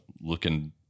looking